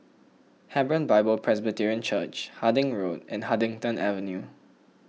Hebron Bible Presbyterian Church Harding Road and Huddington Avenue